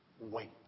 wait